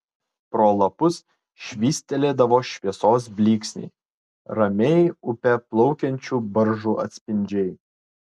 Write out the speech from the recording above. pro lapus švystelėdavo šviesos blyksniai ramiai upe plaukiančių baržų atspindžiai